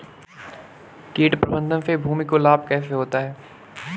कीट प्रबंधन से भूमि को लाभ कैसे होता है?